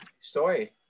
story